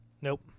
Nope